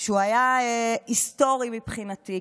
שהיה היסטורי מבחינתי,